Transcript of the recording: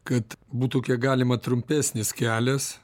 kad būtų kiek galima trumpesnis kelias